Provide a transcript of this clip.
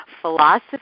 philosophy